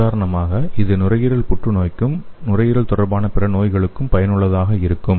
உதாரணமாக இது நுரையீரல் புற்றுநோய்க்கும் நுரையீரல் தொடர்பான பிற நோய்களுக்கும் பயனுள்ளதாக இருக்கும்